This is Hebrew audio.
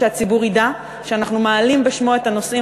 שהציבור ידע שאנחנו מעלים בשמו את הנושאים,